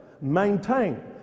maintain